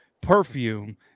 Perfume